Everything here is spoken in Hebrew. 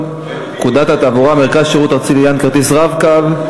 פקודת התעבורה (מרכז שירות ארצי לעניין כרטיס רב-קו),